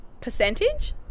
Percentage